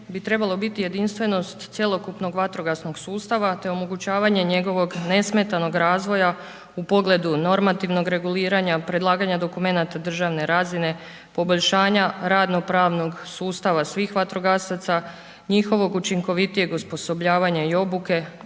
bi trebalo biti jedinstvenost cjelokupnog vatrogasnog sustava, te onemogućavanje njegovog nesmetanog razvoja u pogledu normativnog reguliranja, predlaganja dokumenata državne razine, poboljšanja radno pravnog sustava svih vatrogasaca, njihovog učinkovitijeg osposobljavanja i obuke,